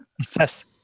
assess